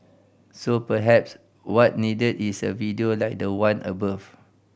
so perhaps what needed is a video like the one above